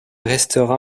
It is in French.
restera